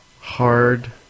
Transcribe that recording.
hard